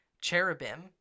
cherubim